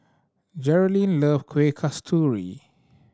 Jerilynn love Kueh Kasturi